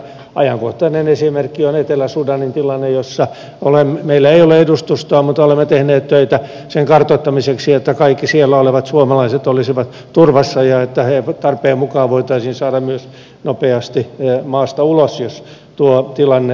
ajankohtainen esimerkki on etelä sudanin tilanne jossa meillä ei ole edustustoa mutta olemme tehneet töitä sen kartoittamiseksi että kaikki siellä olevat suomalaiset olisivat turvassa ja että heidät tarpeen mukaan voitaisiin saada myös nopeasti maasta ulos jos tuo tilanne jatkuu